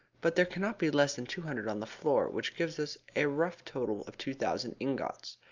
but there cannot be less than two hundred on the floor, which gives us a rough total of two thousand ingots.